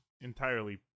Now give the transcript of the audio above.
entirely